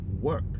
work